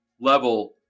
level